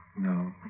No